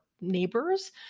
neighbors